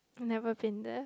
never been there